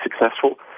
successful